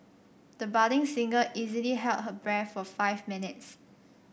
the budding singer easily held her breath for five minutes